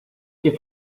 que